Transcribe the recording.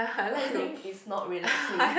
running is not relaxing